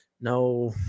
No